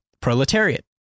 proletariat